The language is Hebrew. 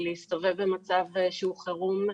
להסתובב במצב של חירום,